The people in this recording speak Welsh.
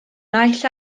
naill